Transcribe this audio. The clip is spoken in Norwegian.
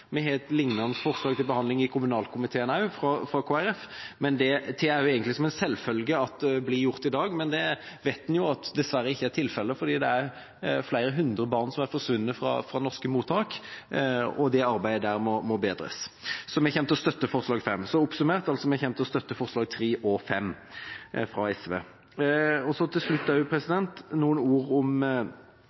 Vi har et liknende forslag fra Kristelig Folkeparti til behandling i kommunalkomiteen. Jeg tar det som en selvfølge at det blir gjort i dag, men vi vet at det dessverre ikke er tilfellet, for det er flere hundre barn som er forsvunnet fra norske mottak, så det arbeidet må bedres. Så vi kommer til å støtte forslag nr. 5. – Oppsummert: Vi kommer til å støtte forslagene nr. 3 og 5, fra SV. Til slutt noen ord om